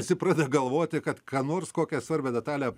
visi pradeda galvoti kad ką nors kokią svarbią detalę